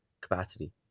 capacity